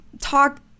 talk